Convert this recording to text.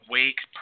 Wake